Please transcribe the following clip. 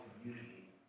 community